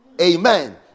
Amen